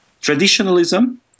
Traditionalism